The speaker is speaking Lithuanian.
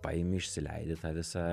paimi išsileidi tą visą